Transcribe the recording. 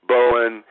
Bowen